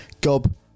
Gob